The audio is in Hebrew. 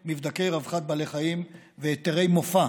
ובהם מבדקי רווחת בעלי חיים והיתרי מופע